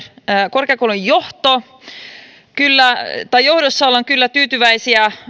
korkeakoulujen johdossa ollaan kyllä tyytyväisiä